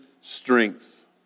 strength